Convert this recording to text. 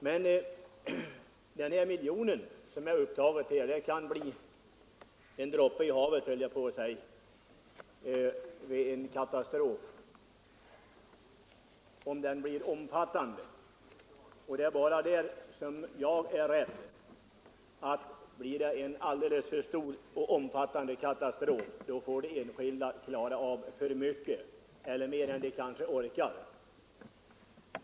Men den här miljonen som är upptagen för att reglera sådana här skador kan bli en droppe i havet, skulle jag vilja säga, vid en omfattande katastrof. Jag är bara rädd för att de enskilda vid en stor katastrof skall ställas inför att klara av mer än de kanske orkar.